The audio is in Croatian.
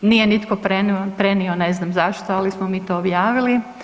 Nije nitko prenio ne znam zašto, ali smo mi to objavili.